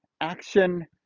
action